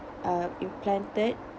are implanted